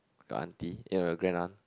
your auntie eh no your grandaunt